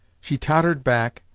she tottered back,